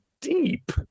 deep